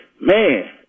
Man